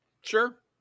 Sure